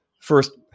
first